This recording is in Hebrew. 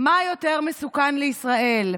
"מה יותר מסוכן לישראל,